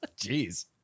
Jeez